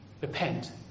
repent